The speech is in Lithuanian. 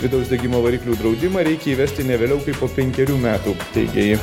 vidaus degimo variklių draudimą reikia įvesti ne vėliau kaip po penkerių metų teigė ji